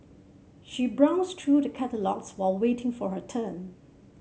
she browsed through the catalogues while waiting for her turn